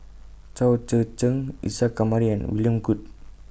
Chao Tzee Cheng Isa Kamari and William Goode